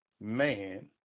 man